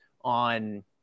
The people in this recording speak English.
on